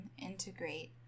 integrate